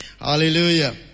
Hallelujah